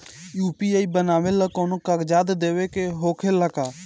UPI बनावेला कौनो कागजात देवे के होखेला का?